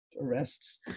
arrests